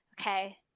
okay